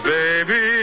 baby